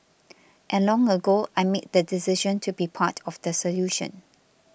and long ago I made the decision to be part of the solution